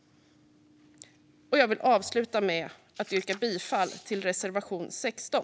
Jag vill avsluta med att yrka bifall till reservation 16.